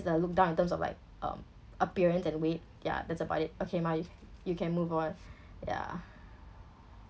look down in terms of like um appearance and weight ya that's about it okay ma you can move on ya